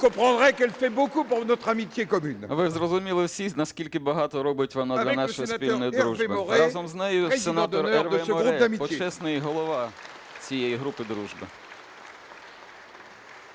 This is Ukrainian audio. Ви зрозуміли всі, наскільки багато робить вона для нашої спільної дружби. Разом з нею сенатор Ерве Море, почесний голова цієї групи дружби.